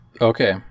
Okay